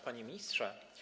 Panie Ministrze!